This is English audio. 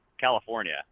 California